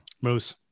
moose